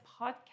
podcast